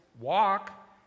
walk